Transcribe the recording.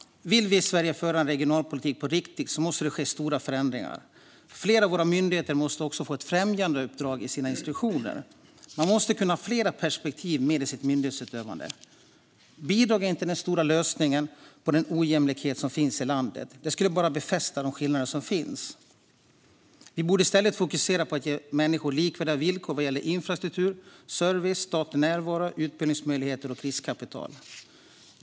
Vill vi i Sverige föra en regionalpolitik på riktigt måste det ske stora förändringar. Flera av våra myndigheter måste också få ett främjandeuppdrag i sina instruktioner. Man måste kunna ha flera perspektiv med i sitt myndighetsutövande. Bidrag är inte den stora lösningen på den ojämlikhet som finns i landet. Det skulle bara befästa skillnaderna. Vi borde i stället fokusera på att ge människor likvärdiga villkor vad gäller infrastruktur, service, statlig närvaro, utbildningsmöjligheter och riskkapital.